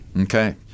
Okay